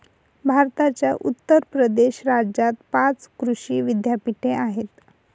भारताच्या उत्तर प्रदेश राज्यात पाच कृषी विद्यापीठे आहेत